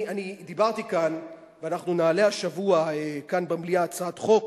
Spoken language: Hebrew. אני דיברתי כאן ואנחנו נעלה השבוע כאן במליאה הצעת חוק